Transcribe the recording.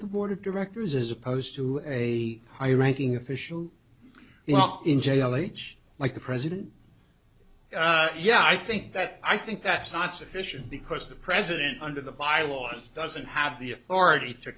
the board of directors as opposed to a high ranking official in jail each like the president yeah i think that i think that's not sufficient because the president under the bylaws doesn't have the authority to